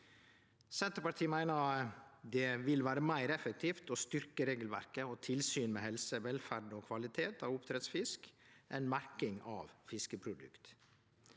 Senterpartiet meiner det vil vere meir effektivt med styrking av regelverket og tilsynet med helse, velferd og kvalitet av oppdrettsfisk enn merking av fiskeprodukt.